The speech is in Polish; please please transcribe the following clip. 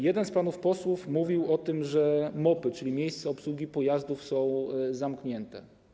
Jeden z panów posłów mówił o tym, że MOP-y, czyli miejsca obsługi pojazdów, są zamknięte.